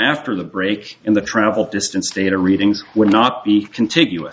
after the break in the travel distance data readings would not be contiguous